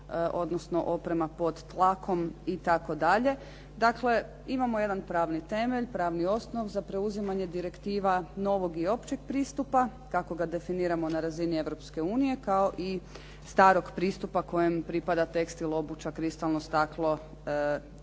odnosno oprema pod tlakom itd. Dakle, imamo jedan pravni temelj, pravni osnov za preuzimanje direktiva novog i općeg pristupa, kako ga definiramo na razini Europske unije, kao i starog pristupa kojem pripada tekstil, obuća, kristalno staklo i slično.